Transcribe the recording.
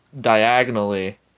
diagonally